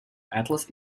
atlas